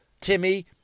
Timmy